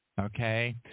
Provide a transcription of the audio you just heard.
Okay